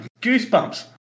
goosebumps